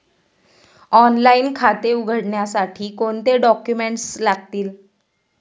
Online खाते उघडण्यासाठी कोणते डॉक्युमेंट्स लागतील?